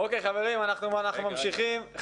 חברים, אנחנו ממשיכים.